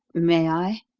may i?